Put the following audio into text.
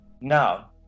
now